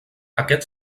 aquest